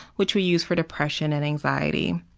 which we use for depression and anxiety,